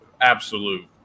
absolute